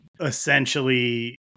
essentially